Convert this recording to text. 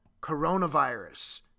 coronavirus